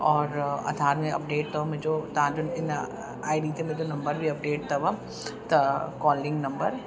और आधार में अपडेट अथव मुंहिंजो तव्हांजो इन आईडी ते लिखियलु नंबर बि अपडेट अथव त कॉलिंग नंबर